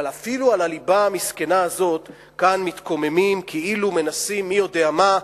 אבל אפילו על הליבה המסכנה הזאת כאן מתקוממים כאילו מנסים מי יודע מה,